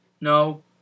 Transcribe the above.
No